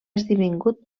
esdevingut